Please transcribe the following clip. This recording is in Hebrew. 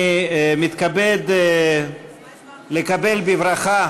אני מתכבד לקבל בברכה